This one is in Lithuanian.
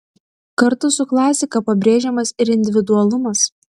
kartu su klasika pabrėžiamas ir individualumas